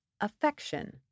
affection